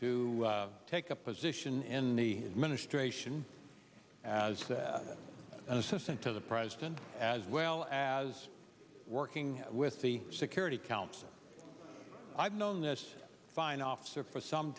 to take a position in the administration as an assistant to the president as well as working with the security council i've known this fine officer for some